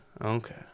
Okay